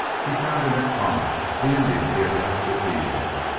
he found in it kama, the indian he had left at dyea.